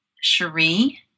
Cherie